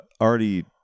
already